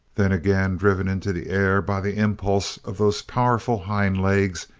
then again driven into the air by the impulse of those powerful hind legs,